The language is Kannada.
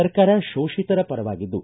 ಸರ್ಕಾರ ಶೋಷಿತರ ಪರವಾಗಿದ್ದು